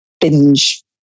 binge